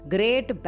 Great